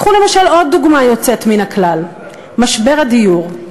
קחו למשל עוד דוגמה יוצאת מן הכלל, משבר הדיור.